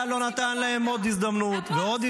זה נראה לך הגיוני --- האם נראה לך הגיוני